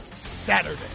Saturday